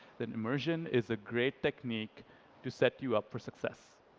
then immersion is a great technique to set you up for success.